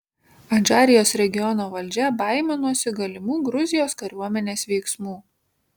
adžarijos regiono valdžia baiminosi galimų gruzijos kariuomenės veiksmų